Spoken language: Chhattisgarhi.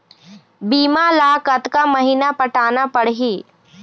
बीमा ला कतका महीना पटाना पड़ही?